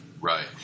right